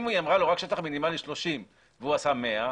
אם היא אמרה לו שטח מינימלי 30 והוא עשה 10,